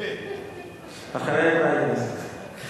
אחרי הפריימריז.